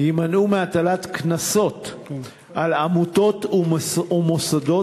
יימנעו מהטלת קנסות על עמותות או מוסדות